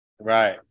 right